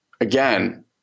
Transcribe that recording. Again